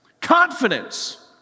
Confidence